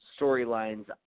storylines